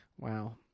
Wow